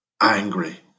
angry